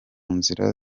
nzira